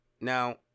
now